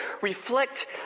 reflect